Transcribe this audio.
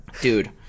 dude